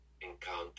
encounter